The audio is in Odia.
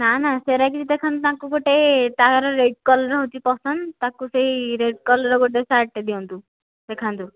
ନା ନା ସେରା କିଛି ଦେଖାନ୍ତୁନାହିଁ ତାଙ୍କୁ ଗୋଟିଏ ତା'ର ରେଡ୍ କଲର୍ ହେଉଛି ପସନ୍ଦ ତାକୁ ସେଇ ରେଡ୍ କଲର୍ ଗୋଟିଏ ସାର୍ଟଟିଏ ଦିଅନ୍ତୁ ଦେଖାନ୍ତୁ